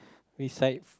besides